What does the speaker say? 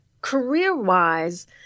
Career-wise